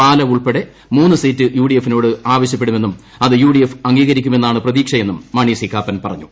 പാല ഉൾപ്പടെ മൂന്ന് സീറ്റ് യുഡിഎഫിനോട് ആവശ്യപ്പെടുമെന്നും അത് യുഡിഎഫ് അംഗീകരിക്കുമെന്നാണ് പ്രതീക്ഷയെന്ന് മാണി സി കാപ്പൻ പറഞ്ഞു